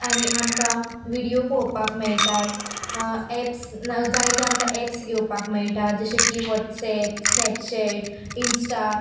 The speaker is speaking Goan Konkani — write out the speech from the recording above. आनी आमकां विडीयो पोवपाक मेयटात एप्स न जायते आमकां एप्स घेवपाक मेयटा जशे की वॉट्सॅएप स्नॅपचॅट इंस्टा